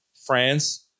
France